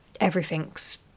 everything's